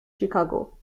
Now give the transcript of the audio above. chicago